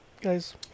guys